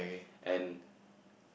and